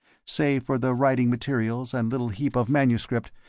save for the writing materials and little heap of manuscript,